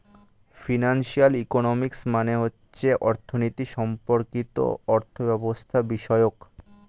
financial economics মানে হচ্ছে অর্থনীতি সম্পর্কিত অর্থব্যবস্থাবিষয়ক